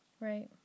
right